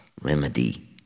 remedy